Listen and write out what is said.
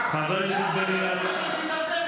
חבר הכנסת,